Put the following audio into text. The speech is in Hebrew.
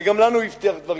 וגם לנו הוא הבטיח דברים.